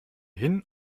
hin